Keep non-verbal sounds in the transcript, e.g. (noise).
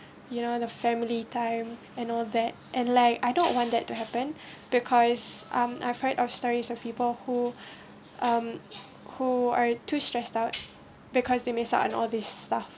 you know the family time and all that and like I don't want that to happen (breath) because I'm afraid of stories of people who (breath) um who are too stressed out because they mixed up and all this stuff